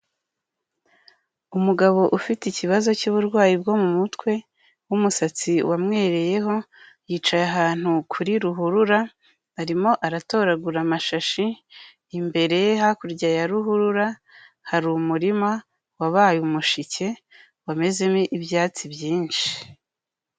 Umugabo ufite ikibazo cy'uburwayi bwo mu mutwe, w'umusatsi wamwereyeho, yicaye ahantu kuri ruhurura arimo aratoragura amashashi, imbere hakurya ya ruhurura hari umurima wabaye umushike, wamezemo ibyatsi byinshi.